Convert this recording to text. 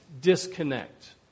disconnect